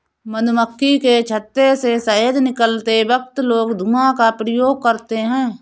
मधुमक्खी के छत्ते से शहद निकलते वक्त लोग धुआं का प्रयोग करते हैं